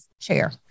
chair